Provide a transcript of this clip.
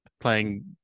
playing